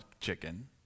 chicken